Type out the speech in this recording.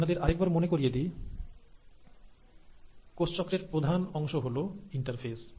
আপনাদের আরেকবার মনে করিয়ে দেই কোষচক্রের প্রধান অংশ হলো ইন্টারফেস